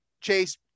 Chase